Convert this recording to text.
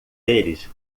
eles